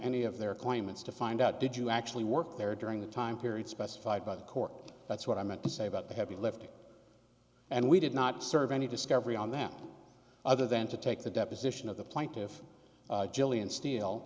any of their claimants to find out did you actually work there during the time period specified by the court that's what i meant to say about the heavy lifting and we did not serve any discovery on them other than to take the deposition of the plaintiff jillian ste